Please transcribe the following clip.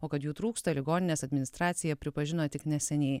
o kad jų trūksta ligoninės administracija pripažino tik neseniai